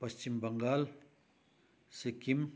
Paschim Bangal Sikkim